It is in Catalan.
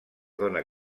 dóna